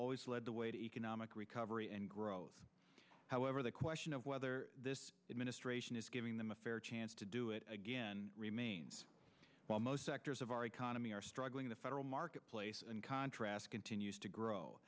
always led the way to economic recovery and growth however the question of whether administration is giving them a fair chance to do it again remains well most sectors of our economy are struggling the federal marketplace and contrast continues to grow